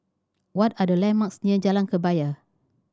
what are the landmarks near Jalan Kebaya